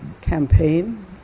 campaign